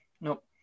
Nope